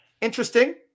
Interesting